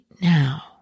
now